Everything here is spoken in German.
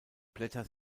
blätter